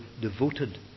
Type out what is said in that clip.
devoted